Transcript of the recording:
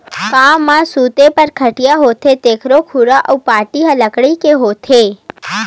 गाँव म सूते बर खटिया होथे तेखरो खुरा अउ पाटी ह लकड़ी के होथे